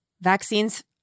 vaccines